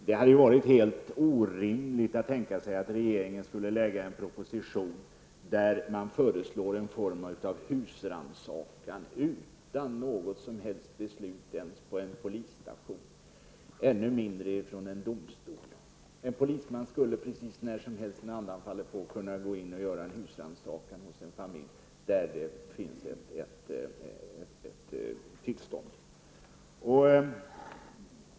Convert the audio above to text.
Det hade varit helt orimligt att tänka sig att regeringen skulle lägga fram en proposition där man föreslår en form av husrannsakan som skulle kunna genomföras utan något som helst beslut ens på en polisstation och ännu mindre i en domstol. En polisman skulle precis när som helst när andan faller på kunna gå in och göra en husrannsakan i en familj där det finns en vapenlicens.